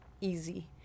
easy